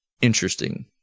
interesting